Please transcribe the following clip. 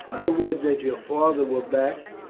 i would that your father were back,